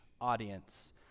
audience